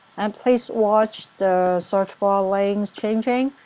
and please watch the search bar link changing.